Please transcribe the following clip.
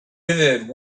visited